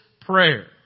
prayer